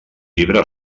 llibre